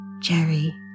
Jerry